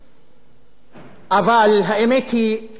אבל האמת היא שהשלטון לא אוהב תחקירים,